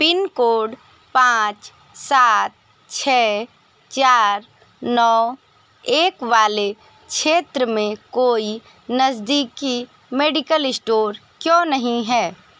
pin code पाँच सात छः चार नौ एक वाले क्षेत्र में कोई नज़दीकी मेडिकल इस्टोर क्यों नहीं है